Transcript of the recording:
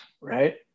right